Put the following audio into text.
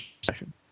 session